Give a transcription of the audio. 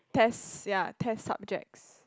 test ya test subjects